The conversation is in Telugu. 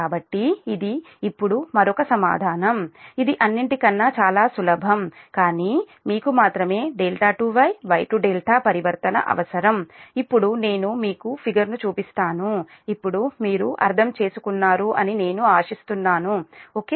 కాబట్టి ఇది ఇప్పుడు మరొక సమాధానం ఇది అన్నింటికన్నా చాలా సులభం కానీ మీకు మాత్రమే ∆ Y Y ∆ పరివర్తన అవసరం ఇప్పుడు నేను మీకు ఫిగర్ ను చూపిస్తాను ఇప్పుడు మీరు అర్థం చేసుకున్నారు అని నేను ఆశిస్తున్నాను ఓకే